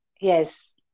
Yes